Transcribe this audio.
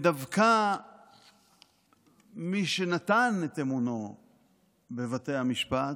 דווקא מי שנתן את אמונו בבתי המשפט,